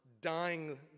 dying